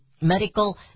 medical